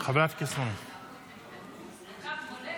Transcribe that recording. אדוני היושב-ראש,